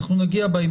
כדרכנו בדיון הזה,